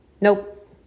Nope